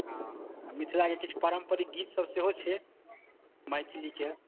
हँ आ मिथिलाके किछु पारम्परिक गीतसभ सेहो छै मैथिलीके